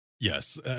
Yes